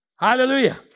Hallelujah